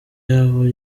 yoba